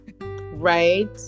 Right